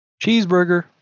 Cheeseburger